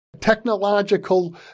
technological